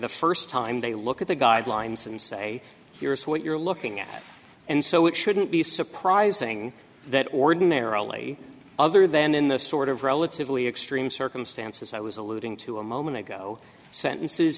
the first time they look at the guidelines and say here's what you're looking at and so it shouldn't be surprising that ordinarily other than in the sort of relatively extreme circumstances i was alluding to a moment ago sentences